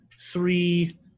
three